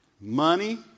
Money